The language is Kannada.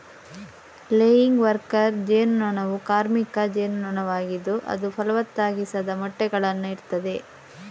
ಲೇಯಿಂಗ್ ವರ್ಕರ್ ಜೇನು ನೊಣವು ಕಾರ್ಮಿಕ ಜೇನು ನೊಣವಾಗಿದ್ದು ಅದು ಫಲವತ್ತಾಗಿಸದ ಮೊಟ್ಟೆಗಳನ್ನ ಇಡ್ತದೆ